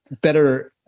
better